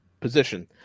position